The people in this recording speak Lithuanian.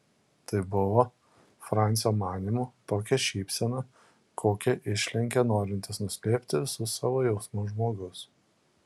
tai buvo francio manymu tokia šypsena kokią išlenkia norintis nuslėpti visus savo jausmus žmogus